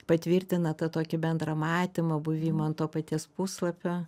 patvirtina tą tokį bendrą matymą buvimą ant to paties puslapio